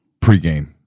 pregame